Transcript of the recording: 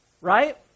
right